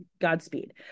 Godspeed